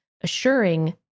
assuring